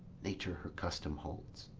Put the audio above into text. nature her custom holds,